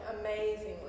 amazingly